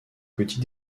petit